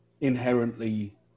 inherently